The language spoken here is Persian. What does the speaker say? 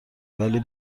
ولی